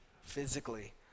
physically